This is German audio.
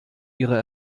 ihre